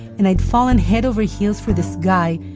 and i'd fallen head over heels for this guy,